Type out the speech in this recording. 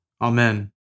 Amen